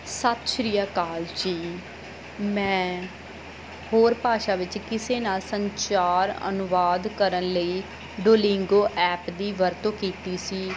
ਸਤਿ ਸ਼੍ਰੀ ਅਕਾਲ ਜੀ ਮੈਂ ਹੋਰ ਭਾਸ਼ਾ ਵਿੱਚ ਕਿਸੇ ਨਾਲ ਸੰਚਾਰ ਅਨੁਵਾਦ ਕਰਨ ਲਈ ਡੁਲਿੰਗੋ ਐਪ ਦੀ ਵਰਤੋਂ ਕੀਤੀ ਸੀ